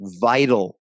vital